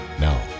Now